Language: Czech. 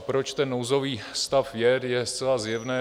Proč ten nouzový stav je, je zcela zjevné.